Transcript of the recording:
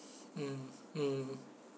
mm mm